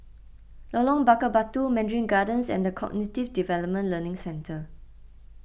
Lorong Bakar Batu Mandarin Gardens and the Cognitive Development Learning Centre